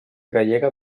gallega